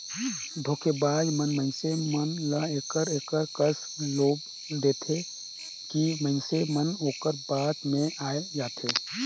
धोखेबाज मन मइनसे मन ल एकर एकर कस लोभ देथे कि मइनसे मन ओकर बात में आए जाथें